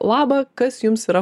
laba kas jums yra